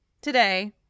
today